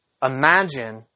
Imagine